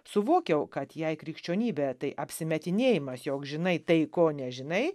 suvokiau kad jei krikščionybė tai apsimetinėjimas jog žinai tai ko nežinai